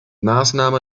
maßnahme